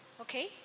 Okay